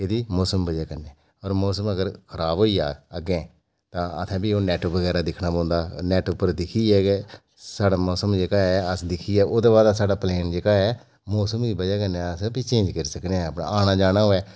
एह्बी मौसम बी बजह कन्नै होर मौसम अगर खराब होइया अग्गै तां असें बी ओह् नेट बगैरा दिक्खना पौंदा नेट उप्पर दिक्खियै गै साढ़ा मौसम जेह्ड़ा ऐ दिक्खियै ओह्दे बाद जेह्ड़ा साढ़ा पलैन जेह्का ऐ ओह्दी बजह नै अस चेंज करी सकनेआ आना जाना होऐ